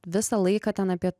visą laiką ten apie